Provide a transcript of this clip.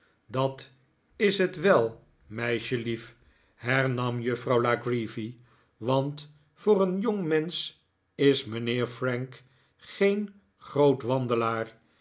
dat is het wel meisjelief hernam juffrouw la creevy want voor een jongmensch is mijnheer frank geen groot wandelaar